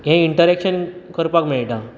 हें इनटरॅकशन करपाक मेळटा